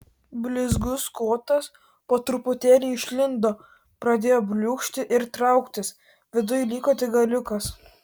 blizgus kotas po truputėlį išlindo pradėjo bliūkšti ir trauktis viduj liko tik galiukas